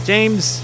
James